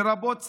לרבות צעירים.